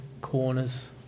corners